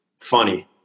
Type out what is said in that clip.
funny